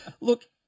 Look